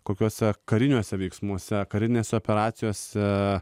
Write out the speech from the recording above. kokiuose kariniuose veiksmuose karinėse operacijose